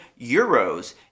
euros